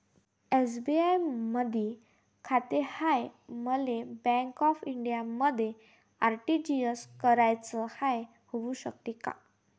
SBI मधी खाते हाय, मले बँक ऑफ इंडियामध्ये आर.टी.जी.एस कराच हाय, होऊ शकते का?